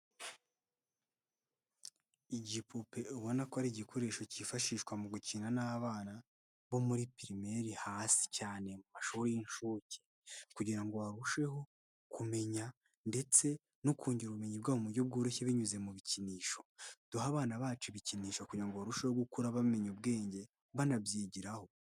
Igipupe ubona ko ari igikoresho kifashishwa mu gukina n'abana bo muri pirimeri hasi cyane mu bashuri y'inshuke, kugira ngo barusheho kumenya ndetse no kongera ubumenyi bwabo mu buryo bworoshye binyuze mu bikinisho, duhe abana bacu bikinisha kugira ngo barusheho gukura bamenye ubwenge banabyigiraho.